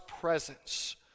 presence